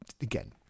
again